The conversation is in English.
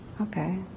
okay